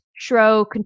show